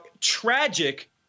tragic